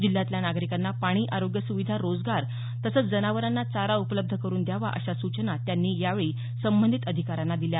जिल्ह्यातल्या नागरिकांना पाणी आरोग्य सुविधा रोजगार तसचं जनावरांना चारा उपलब्ध करून द्यावा अशा सुचना त्यांनी यावेळी संबंधित अधिकाऱ्यांना दिल्या